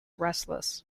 restless